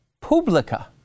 publica